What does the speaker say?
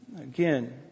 Again